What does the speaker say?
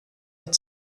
had